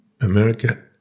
America